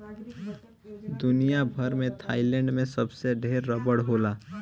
दुनिया भर में थाईलैंड में सबसे ढेर रबड़ होला